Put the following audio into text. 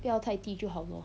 不要太低就好 lor